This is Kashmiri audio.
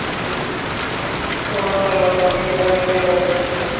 أہٕنٛہ کانٛدرَن لگان چھُ بیکری لَگہِ